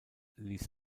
ließ